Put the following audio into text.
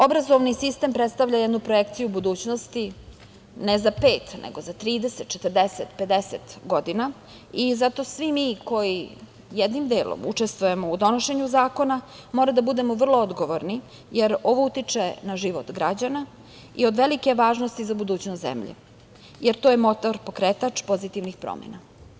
Obrazovni sistem predstavlja jednu projekciju budućnosti, ne za pet, nego za 30, 40, 50 godina i zato svi mi koji, jednim delom, učestvujemo u donošenju zakona moramo biti vrlo odgovorni, jer ovo utiče na život građana i od velike je važnosti za budućnost zemlje, jer to je motor, pokretač pozitivnih promena.